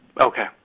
Okay